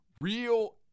real